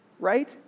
right